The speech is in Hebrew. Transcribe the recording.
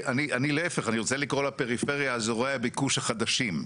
אני רוצה לקרוא לפריפריה אזורי הביקוש החדשים.